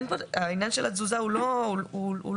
העניין של התזוזה הוא לא מצטבר.